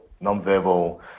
non-verbal